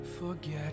Forget